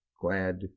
glad